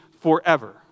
forever